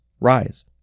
rise